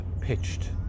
pitched